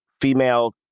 female